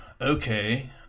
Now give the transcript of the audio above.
okay